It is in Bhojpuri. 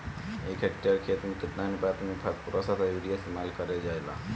एक हेक्टयर खेत में केतना अनुपात में फासफोरस तथा यूरीया इस्तेमाल कईल जाला कईल जाला?